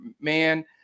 Man